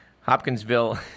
Hopkinsville